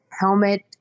helmet